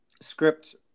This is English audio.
script